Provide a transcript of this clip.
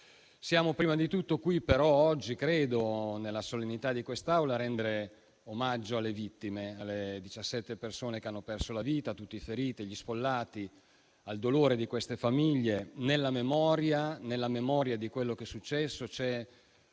posto. Prima di tutto, però, siamo qui oggi, nella solennità di quest'Aula, per rendere omaggio alle vittime, alle diciassette persone che hanno perso la vita, a tutti feriti e agli sfollati, al dolore di quelle famiglie. Nella memoria di quello che è successo c'è